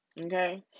Okay